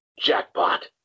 Jackpot